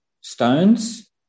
stones